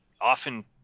often